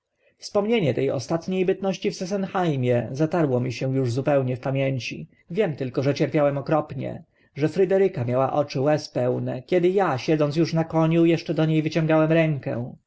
wspomnienie te ostatnie bytności w sesenheimie zatarło mi się uż zupełnie w pamięci wiem tylko że cierpiałem okropnie że fryderyka miała oczy łez pełne kiedy a siedząc uż na koniu eszcze do nie wyciągałem rękę